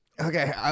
Okay